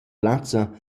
plazza